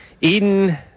Eden